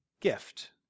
gift